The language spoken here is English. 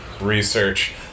research